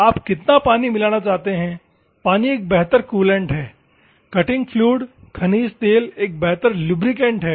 आप कितना पानी मिलाना चाहते हैं पानी एक बेहतर कूलैंट है कटिंग फ्लूइड खनिज तेल एक बेहतर लुब्रीकेंट है